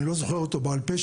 אני לא זוכר אותו בעל פה,